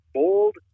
bold